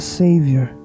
savior